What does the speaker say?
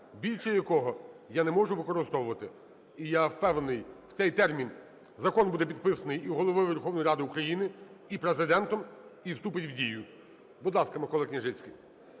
більше якого я не можу використовувати. І я впевнений, в цей термін закон буде підписаний і Головою Верховної Ради України, і Президентом і вступить в дію. Будь ласка, Микола Княжицький.